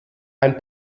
ein